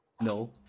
No